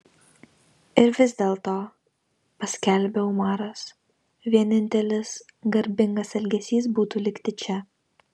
ir vis dėlto paskelbė umaras vienintelis garbingas elgesys būtų likti čia